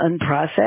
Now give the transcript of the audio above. unprocessed